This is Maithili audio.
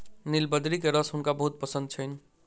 नीलबदरी के रस हुनका बहुत पसंद छैन